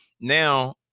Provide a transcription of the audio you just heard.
Now